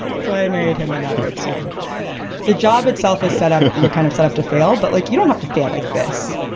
so i married him another. it's even the job itself is set up, a kind of set up to fail. but like you don't have to fail like this